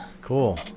Cool